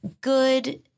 good